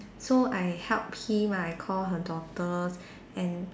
so I help him ah I call her daughter and